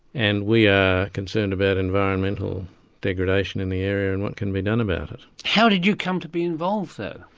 and we are concerned about environment degradation in the area and what can be done about it. how did you come to be involved though?